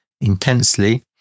intensely